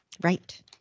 Right